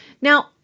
Now